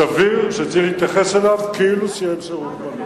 סביר שצריך להתייחס אליו כאילו שירת שירות מלא.